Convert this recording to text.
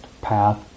path